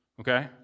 Okay